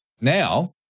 Now